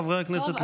חברי הכנסת,